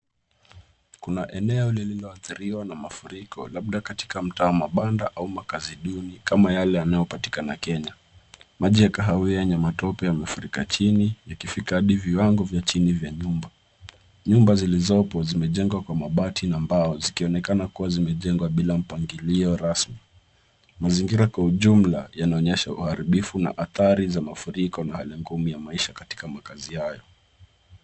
Kuna eneo lililoathiriwa na mafuriko labda katika mtaa wa mabanda au makazi duni kama yale yanayopatikana Kenya. Maji ya kahawia yenye matope yamefurika chini likifika hadi viwango vya chini vya nyumba. Nyumba zilizopo zimejengwa kwa mabati na mbao zikionekana kuwa zimejengwa bila mpangilio rasmi. Mazingira kwa ujumla yanaonyesha uharibifu na athari za mafuriko na hali ngumu ya maisha katika makazi hayo.